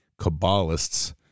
Kabbalists